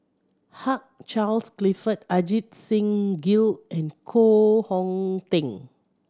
Hugh Charles Clifford Ajit Singh Gill and Koh Hong Teng